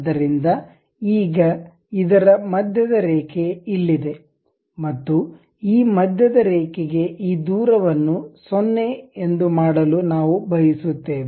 ಆದ್ದರಿಂದ ಈಗ ಇದರ ಮಧ್ಯದ ರೇಖೆ ಇಲ್ಲಿದೆ ಮತ್ತು ಈ ಮಧ್ಯದ ರೇಖೆಗೆ ಈ ದೂರವನ್ನು 0 ಎಂದು ಮಾಡಲು ನಾವು ಬಯಸುತ್ತೇವೆ